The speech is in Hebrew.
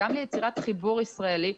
גם ליצירת חיבור ישראלי,